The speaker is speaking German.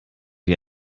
dir